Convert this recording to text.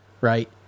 right